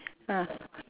ah